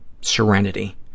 serenity